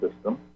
system